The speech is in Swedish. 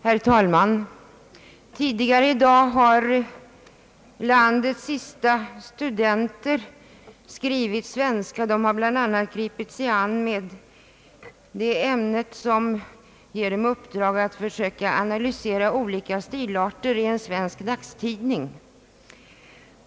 Herr talman! Tidigare i dag har landets sista blivande studenter skrivit svenska. De har bl.a. gripit sig an med det ämne som ger dem i uppdrag att söka analysera olika stilarter i svenska dagstidningar.